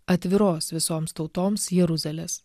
atviros visoms tautoms jeruzalės